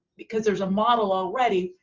because there's a model already,